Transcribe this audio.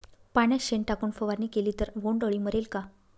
पाण्यात शेण टाकून फवारणी केली तर बोंडअळी मरेल का?